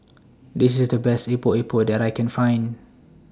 This IS The Best Epok Epok that I Can Find